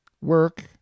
Work